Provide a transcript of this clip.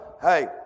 hey